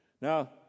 Now